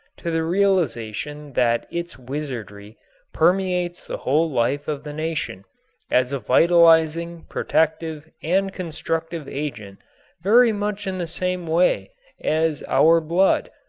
to the realization that its wizardry permeates the whole life of the nation as a vitalizing, protective and constructive agent very much in the same way as our blood,